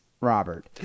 Robert